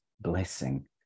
blessing